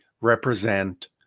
represent